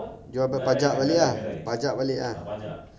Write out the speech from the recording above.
jual pajak balik ah pajak balik ah